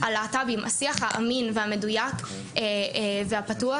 האמין והמדויק על להט"בים,